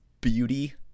beauty